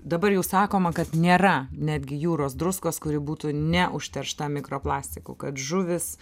dabar jau sakoma kad nėra netgi jūros druskos kuri būtų neužteršta mikroplastiku kad žuvys